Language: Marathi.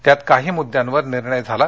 त्यात काही मुद्यांवर निर्णय़ झाला